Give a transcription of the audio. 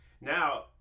Now